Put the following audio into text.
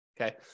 Okay